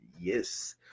Yes